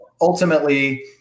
ultimately